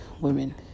women